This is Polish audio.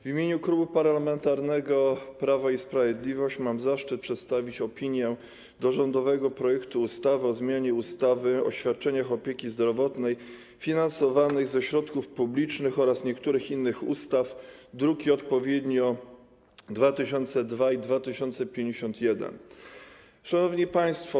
W imieniu Klubu Parlamentarnego Prawo i Sprawiedliwość mam zaszczyt przedstawić opinię do rządowego projektu ustawy o zmianie ustawy o świadczeniach opieki zdrowotnej finansowanych ze środków publicznych oraz niektórych innych ustaw, to druki nr 202 i 251. Szanowni Państwo!